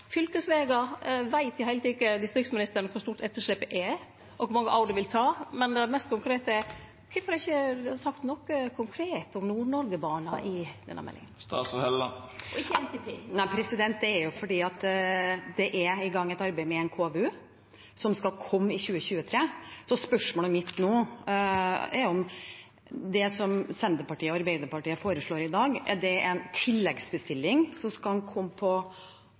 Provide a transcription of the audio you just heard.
fylkesvegar, veit i det heile teke distriktsministeren kor stort etterslepet er, og kor mange år det vil ta? Men det mest konkrete er: Kvifor er det ikkje sagt noko konkret om Nord-Norge-banen i denne meldinga – og heller ikkje i NTP? Det er fordi det er i gang et arbeid med en KVU som skal komme i 2023. Så spørsmålet mitt nå er om det som Senterpartiet og Arbeiderpartiet foreslår i dag, er det en tilleggsbestilling som skal